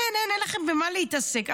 אין, אין לכם במה להתעסק.